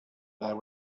there